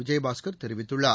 விஜயபாஸ்கர் தெரிவித்துள்ளார்